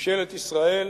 ממשלת ישראל